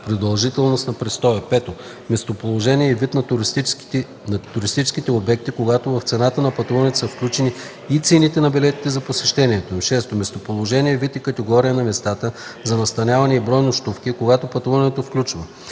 продължителност на престоя; 5. местоположение и вид на туристическите обекти, когато в цената на пътуването са включени и цените на билетите за посещението им; 6. местоположение, вид и категория на местата за настаняване и брой нощувки, когато пътуването включва